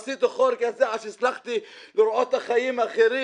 עשיתי חור עד שהצלחתי לראות חיים אחרים.